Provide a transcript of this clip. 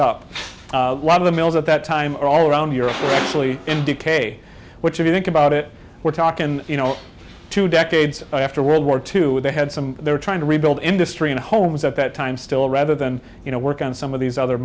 up a lot of the mills at that time all around europe really indicate which if you think about it we're talking you know two decades after world war two they had some they were trying to rebuild industry and homes at that time still rather than you know work on some of these other